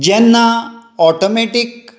जेन्ना ऑटोमॅटीक